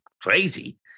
crazy